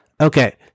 Okay